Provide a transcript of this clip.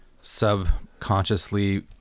subconsciously